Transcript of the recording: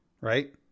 right